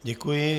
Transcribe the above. Děkuji.